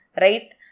Right